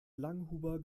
langhuber